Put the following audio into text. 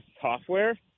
software